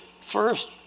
first